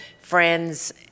friends